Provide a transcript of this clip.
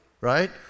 right